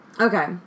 Okay